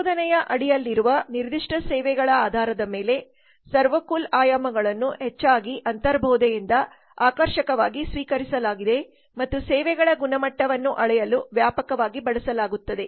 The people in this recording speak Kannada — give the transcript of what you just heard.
ಸಂಶೋಧನೆಯ ಅಡಿಯಲ್ಲಿರುವ ನಿರ್ದಿಷ್ಟ ಸೇವೆಗಳ ಆಧಾರದ ಮೇಲೆ ಸೆರ್ವ್ಕ್ವಾಲ್ ಆಯಾಮಗಳನ್ನು ಹೆಚ್ಚಾಗಿ ಅಂತರ್ಬೋಧೆಯಿಂದ ಆಕರ್ಷಕವಾಗಿ ಸ್ವೀಕರಿಸಲಾಗಿದೆ ಮತ್ತು ಸೇವೆಗಳ ಗುಣಮಟ್ಟವನ್ನು ಅಳೆಯಲು ವ್ಯಾಪಕವಾಗಿ ಬಳಸಲಾಗುತ್ತದೆ